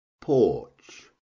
porch